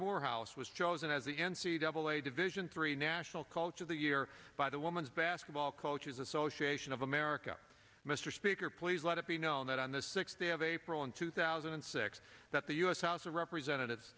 morehouse was chosen as the n c double a division three national culture of the year by the women's basketball coaches association of america mr speaker please let it be known that on the sixth day of april in two thousand and six that the u s house of representatives